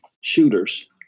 shooters